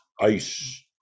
ice